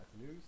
news